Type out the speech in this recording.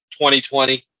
2020